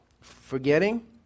Forgetting